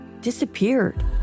disappeared